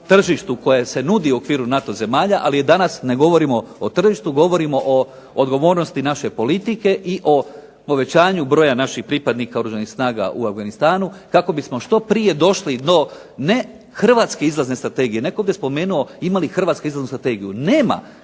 koje se nudi u okviru NATO zemalja ali danas ne govorimo o tržištu, govorimo o odgovornosti naše politiku i o povećanju broj pripadnika Oružanih snaga u Afganistanu kako bismo što prije došli ne do Hrvatske izlazne strategije, netko je ovdje spomenuo ima li Hrvatska izlaznu strategiju. Nema